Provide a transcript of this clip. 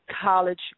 college